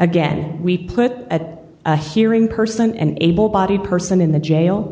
again we put at a hearing person and able bodied person in the jail